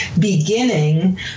beginning